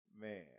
Man